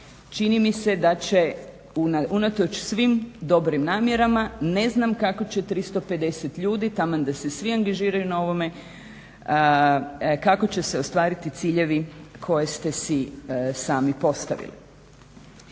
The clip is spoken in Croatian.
čini mi se da će unatoč svim dobrim namjerama, ne znam kako će 350 ljudi, taman da se svi angažiraju na ovome, kako će se ostvariti ciljevi koje ste si sami postavili?